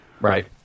Right